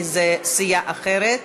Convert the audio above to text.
כי זאת סיעה אחרת.